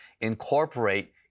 incorporate